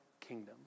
kingdom